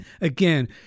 Again